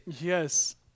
Yes